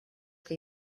que